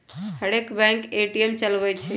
हरेक bank ATM चलबइ छइ